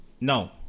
No